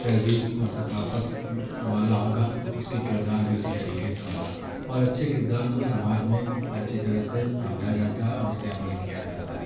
تہذیب اور ثقافت والا ہوگا اس کے کردار بھی اسی طریقے سے ہوگا اور اچھے کردار کو سماج میں اچھی طرح سے سمجھا جاتا ہے اور اسے عمل کیا جاتا ہے